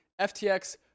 FTX